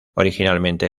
originalmente